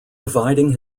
dividing